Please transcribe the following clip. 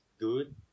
good